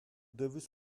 döviz